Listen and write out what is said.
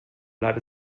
leid